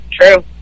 true